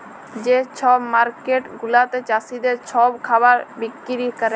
যে ছব মার্কেট গুলাতে চাষীদের ছব খাবার বিক্কিরি ক্যরে